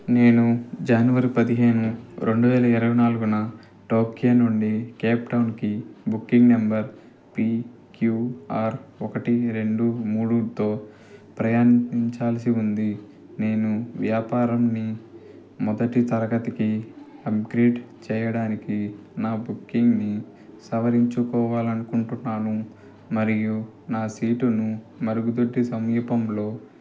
నేను జనవరి పదిహేను రెండు వేల ఇరవై నాలుగున టోక్యో నుండి కేప్ టౌన్కి బుకింగ్ నంబర్ పిక్యూఆర్ ఒకటి రెండు మూడుతో ప్రయాణించాల్సి ఉంది నేను వ్యాపారంని మొదటి తరగతికి అప్గ్రేడ్ చేయడానికి నా బుకింగ్ని సవరించుకోవాలనుకుంటున్నాను మరియు నా సీటును మరుగుదొడ్డి సమీపంలోకి